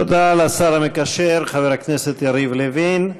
תודה לשר המקשר, חבר הכנסת יריב לוין.